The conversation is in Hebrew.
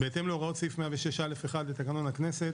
"בהתאם להוראות סעיף 106(א)(1) לתקנון הכנסת,